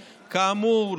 כאמור,